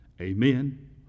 Amen